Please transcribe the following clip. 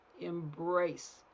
embrace